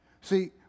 See